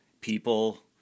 people